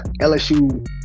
LSU